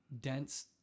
dense